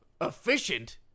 Efficient